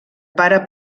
pare